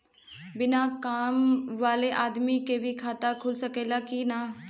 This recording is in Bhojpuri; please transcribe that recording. बिना काम वाले आदमी के भी खाता खुल सकेला की ना?